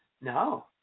No